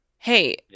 hey